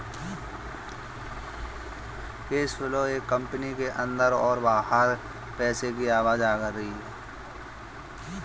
cash flow एक company के अंदर और बाहर पैसे की आवाजाही है